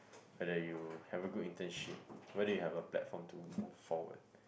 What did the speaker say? whether you have a good internship whether you have a platform to move forward